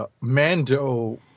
Mando